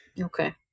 Okay